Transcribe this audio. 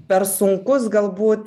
per sunkus galbūt